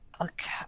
Okay